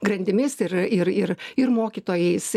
grandimis ir ir ir ir mokytojais